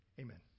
Amen